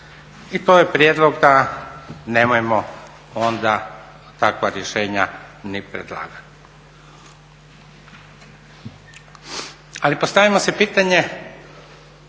I to je prijedlog da nemojmo onda takva rješenja ni predlagati. Ali postavimo si pitanje